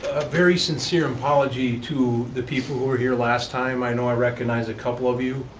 a very sincere apology to the people who were here last time. i know i recognize a couple of you.